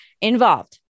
involved